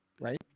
right